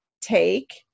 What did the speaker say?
take